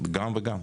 גם וגם.